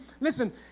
listen